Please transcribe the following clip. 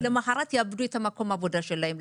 למחרת הם יאבדו את מקום העבודה שלהם.